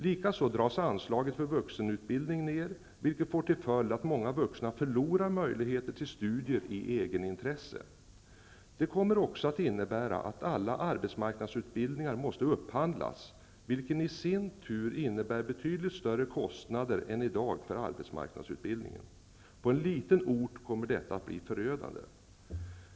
Likaså dras anslaget för vuxenutbildning ner, vilket får till följd att många vuxna förlorar möjligheter till studier av egenintresse. Det kommer också att innebära att alla arbetsmarknadsutbildningar måste upphandlas, vilket i sin tur innebär betydligt större kostnader än i dag för arbetsmarknadsutbildningen. På en liten ort kommer detta att bli förödande.